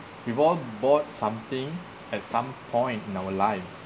we've all bought something at some point in our lives